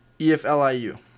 E-F-L-I-U